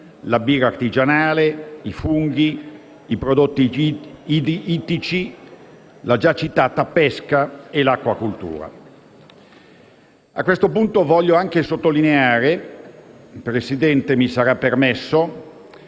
la birra artigianale, i funghi, i prodotti ittici, la già citata pesca e l'acquacoltura. A questo punto vorrei anche sottolineare - signor Presidente, mi sarà permesso -